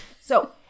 So-